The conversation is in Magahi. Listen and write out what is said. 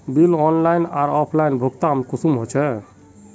बिल ऑनलाइन आर ऑफलाइन भुगतान कुंसम होचे?